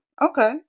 okay